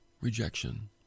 rejection